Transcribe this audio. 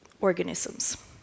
organisms